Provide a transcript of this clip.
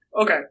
Okay